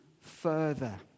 further